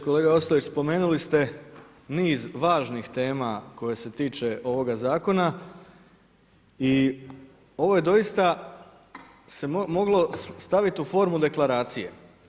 Kolega Ostojić, spomenuli ste niz važnih tema koje se tiču ovoga Zakon i ovo je doista se moglo stavit u formu deklaracije.